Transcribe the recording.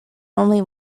only